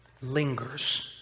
lingers